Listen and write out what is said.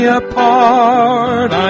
apart